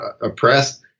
oppressed